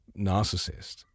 narcissist